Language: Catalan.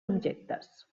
objectes